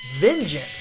vengeance